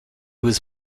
was